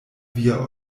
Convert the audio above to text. via